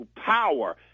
power